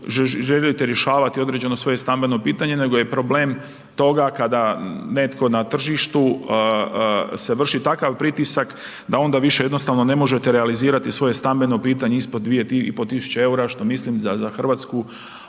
želite rješavati određeno svoje stambeno pitanje, nego je problem toga kada netko na tržištu se vrši takav pritisak da onda više ne možete realizirati svoje stambeno pitanje ispod 2.500 EUR-a što mislim za Hrvatsku